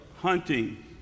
hunting